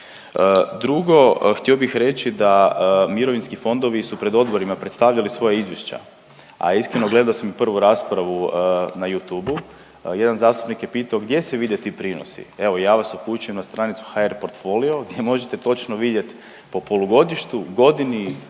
Drugo htio bih reći da mirovinski fondovi su pred odborima predstavljali svoja izvješća, a iskreno gledao sam prvu raspravu na You Tube-u, jedan zastupnik je pitao gdje se vide ti prinosi. Evo, ja vas upućujem na stranicu HR portfolio gdje možete točno vidjet po polugodištu, godini,